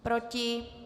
Proti?